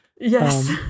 Yes